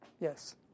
Yes